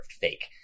fake